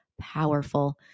powerful